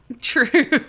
True